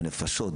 בנפשות,